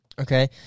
Okay